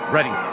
Ready